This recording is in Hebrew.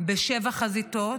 בשבע חזיתות,